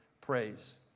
praise